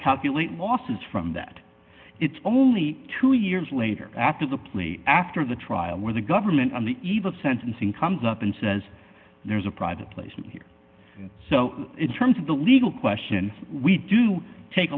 calculate losses from that it's only two years later after the plea after the trial where the government on the eve of sentencing comes up and says there's a private placement here so in terms of the legal question we do take